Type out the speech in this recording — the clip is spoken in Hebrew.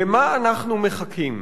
"למה אנחנו מחכים,